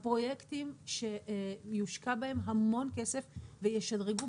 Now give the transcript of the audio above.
הפרויקטים שיושקע בהם המון כסף והם ישדרגו